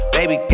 Baby